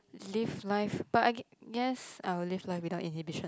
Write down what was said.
leave life but I gu~ guess I will leave life without inhibition